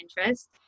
interest